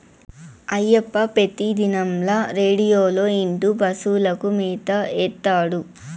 అయ్యప్ప పెతిదినంల రేడియోలో ఇంటూ పశువులకు మేత ఏత్తాడు